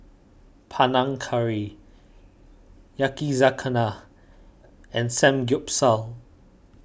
Panang Curry Yakizakana and Samgyeopsal